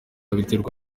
biterwa